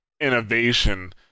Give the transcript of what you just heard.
innovation